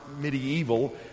medieval